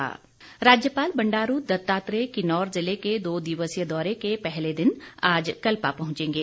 राज्यपाल राज्यपाल बंडारू दत्तात्रेय किन्नौर जिले के दो दिवसीय दौरे के पहले दिन आज कल्पा पहॅचेगे